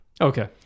Okay